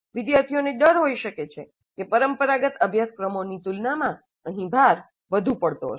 વિદ્યાર્થીઓને ડર હોઈ શકે છે કે પરંપરાગત અભ્યાસક્રમોની તુલનામાં અહી ભાર વધુ પડતો હશે